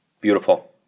Beautiful